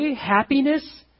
happiness